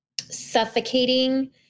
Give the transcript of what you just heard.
suffocating